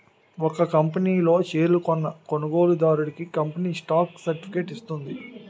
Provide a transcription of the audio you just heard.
ఒక కంపనీ లో షేర్లు కొన్న కొనుగోలుదారుడికి కంపెనీ స్టాక్ సర్టిఫికేట్ ఇస్తుంది